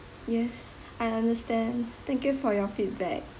yes I understand thank you for your feedback